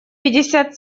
пятьдесят